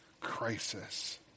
crisis